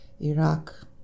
Iraq